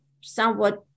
somewhat